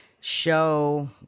show